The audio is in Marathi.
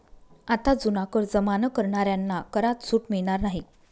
आता जुना कर जमा न करणाऱ्यांना करात सूट मिळणार नाही